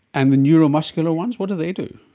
and the neuromuscular ones, what do they do?